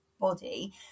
body